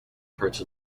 parts